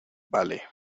vale